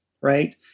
Right